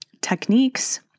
techniques